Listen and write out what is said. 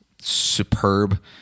superb